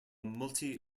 multi